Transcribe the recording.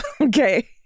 okay